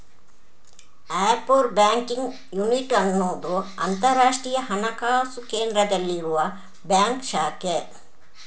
offshore banking unit ಅನ್ನುದು ಅಂತರಾಷ್ಟ್ರೀಯ ಹಣಕಾಸು ಕೇಂದ್ರದಲ್ಲಿರುವ ಬ್ಯಾಂಕ್ ಶಾಖೆ